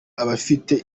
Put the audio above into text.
abafite